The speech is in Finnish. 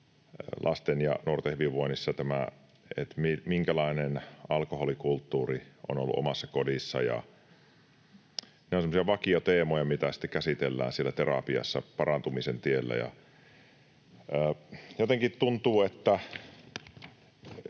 lasten ja nuorten hyvinvoinnissa, että minkälainen alkoholikulttuuri on ollut omassa kodissa. Ne ovat semmoisia vakioteemoja, mitä sitten käsitellään siellä terapiassa parantumisen tiellä. Jotenkin tuntuu, että